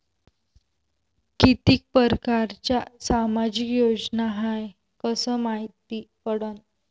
कितीक परकारच्या सामाजिक योजना हाय कस मायती पडन?